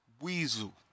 weasel